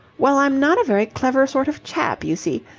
well, i'm not a very clever sort of chap, you see.